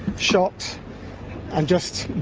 shocked and just,